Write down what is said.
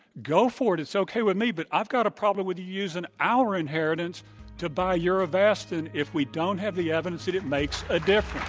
go for it. it's okay with me. but i've got a problem with you using our inheritance to buy your avastin if we don't have the evidence that it makes a difference.